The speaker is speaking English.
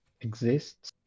exists